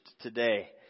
today